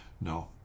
No